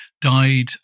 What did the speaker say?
died